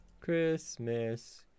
Christmas